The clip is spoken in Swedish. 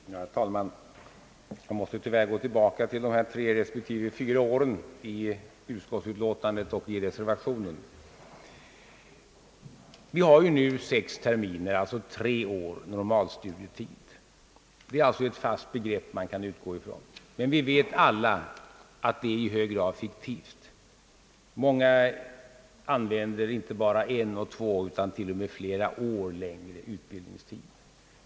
Herr talman! Jag måste tyvärr gå tillbaka till de tre respektive fyra åren i utskottsutlåtandet och i reservationen. Normalstudietiden är ju nu sex terminer, d.v.s. tre år. Det är alltså ett fast begrepp, som man kan utgå ifrån. Vi vet dock alla, att denna tid är i hög grad fiktiv. Många använder inte bara en och två utan till och med flera år längre utbildningstid.